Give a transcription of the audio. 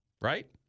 Right